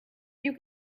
you